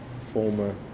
former